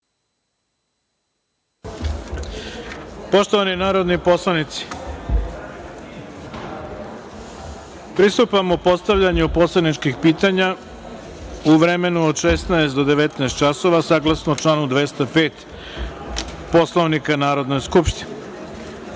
Poštovani narodni poslanici, pristupamo postavljanju poslaničkih pitanja u vremenu od 16.00 do 19.00 časova, saglasno članu 205. Poslovnika Narodne skupštine. Pre